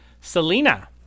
Selena